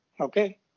okay